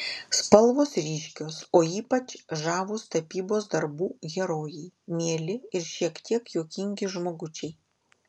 spalvos ryškios o ypač žavūs tapybos darbų herojai mieli ir šiek tiek juokingi žmogučiai